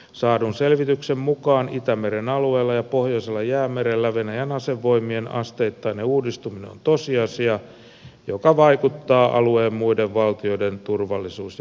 saadun selvityksen mukaan itämeren alueella ja pohjoisella jäämerellä venäjän asevoimien asteittainen uudistuminen on tosiasia joka vaikuttaa alueen muiden valtioiden turvallisuus ja puolustuspolitiikkaan